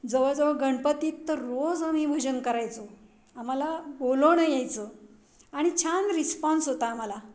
जवळ जवळ गणपतीत तर रोज आम्ही भजन करायचो आम्हाला बोलवणं यायचं आणि छान रिस्पॉन्स होता आम्हाला